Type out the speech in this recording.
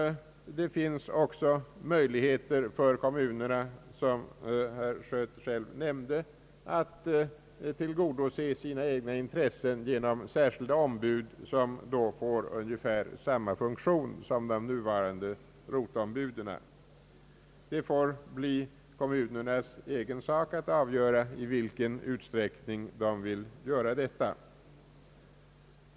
Det finns också möjligheter för kommunerna, som herr Schött själv nämnde, att tillgodose sina egna intressen genom särskilda ombud som då får ungefär samma funktion som de nuvarande roteombuden. Det får bli kommunernas egen sak att avgöra i vilken utsträckning de vill göra detta.